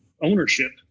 ownership